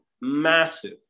massive